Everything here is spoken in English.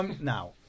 now